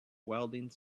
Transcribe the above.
welding